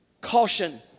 Caution